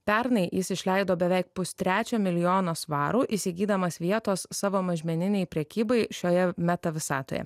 pernai jis išleido beveik pustrečio milijono svarų įsigydamas vietos savo mažmeninei prekybai šioje meta visatoje